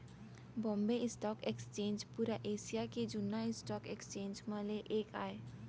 Bombay stock exchange पुरा Asia के जुन्ना स्टॉक एक्सचेंज म ले एक आय